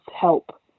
help